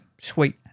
Sweet